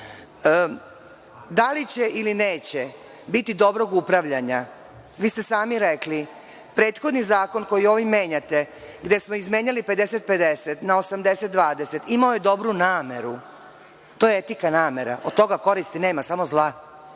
Da li će ili neće biti dobrog upravljanja? Sami ste rekli, prethodni zakon koji ovim menjate, gde smo izmenjali 50-50 na 80-20, imao je dobru nameru. To je etika namera, od toga koristi nema, samo zla.